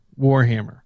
Warhammer